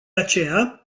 aceea